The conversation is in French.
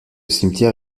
cimetière